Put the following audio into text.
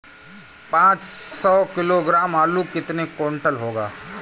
पाँच सौ किलोग्राम आलू कितने क्विंटल होगा?